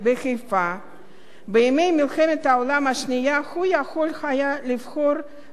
בימי מלחמת העולם השנייה הוא יכול היה לבחור לעמוד מן הצד,